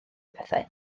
pethau